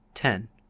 ten.